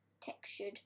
textured